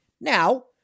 Now